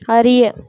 அறிய